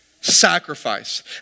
Sacrifice